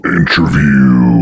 Interview